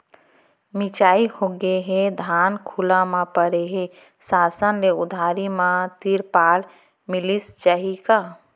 मिंजाई होगे हे, धान खुला म परे हे, शासन ले उधारी म तिरपाल मिलिस जाही का?